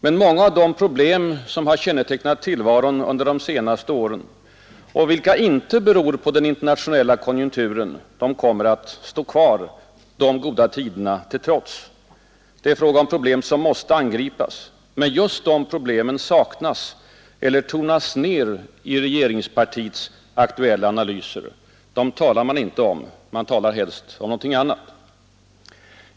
Men många av de problem som har kännetecknat tillvaron under de senaste åren och vilka inte beror på den internationella konjunkturen kommer att stå kvar, de goda tiderna till trots. Det är fråga om problem, som måste angripas. Men just de problemen saknas eller tonas ner i regeringspartiets aktuella analyser. Dem talar man inte om. Man talar helst om någonting annat.